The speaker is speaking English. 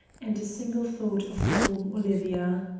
and a single thought of calm olivia.